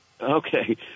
Okay